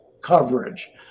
coverage